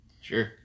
sure